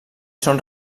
són